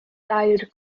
dair